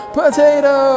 potato